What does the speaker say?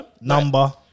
Number